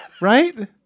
Right